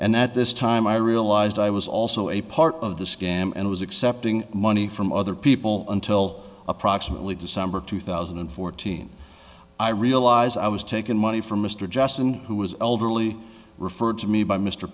and that this time i realized i was also a part of the scam and was accepting money from other people until approximately december two thousand and fourteen i realize i was taking money from mr jackson who was elderly referred to me by mr